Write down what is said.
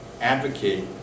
advocate